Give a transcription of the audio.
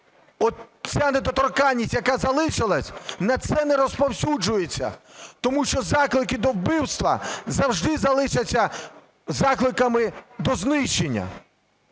ця недоторканність, яка залишилась, на це не розповсюджується, тому що заклики до вбивства завжди залишаться закликами до знищення.